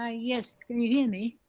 ah yes, can you hear me.